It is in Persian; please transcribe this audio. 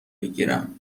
بگیرم